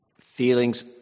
feelings